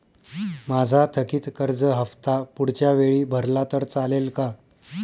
माझा थकीत कर्ज हफ्ता पुढच्या वेळी भरला तर चालेल का?